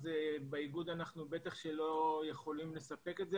בטח שבאיגוד אנחנו לא יכולים לספק את זה.